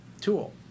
tool